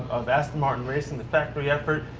of aston martin racing, the factory effort,